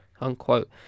unquote